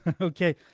Okay